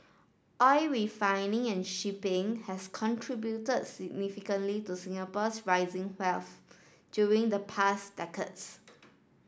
oil refining and shipping has contributed significantly to Singapore's rising wealth during the past decades